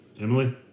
Emily